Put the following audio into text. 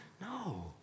no